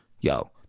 Yo